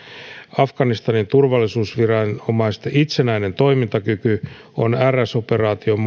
afganistanin turvallisuusviranomaisten itsenäinen toimintakyky on rs operaation